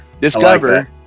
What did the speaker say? discover